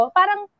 parang